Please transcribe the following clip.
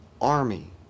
army